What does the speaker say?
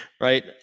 right